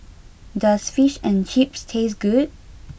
does Fish and Chips taste good